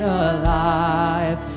alive